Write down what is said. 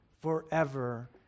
forever